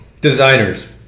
Designers